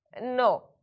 No